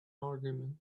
argument